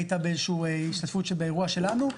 הייתה באיזושהי השתתפות באירוע שלנו,